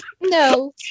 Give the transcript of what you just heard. No